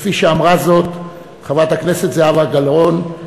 כפי שאמרה זאת חברת הכנסת זהבה גלאון,